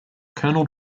colonel